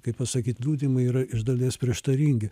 kaip pasakyt liudijimai yra iš dalies prieštaringi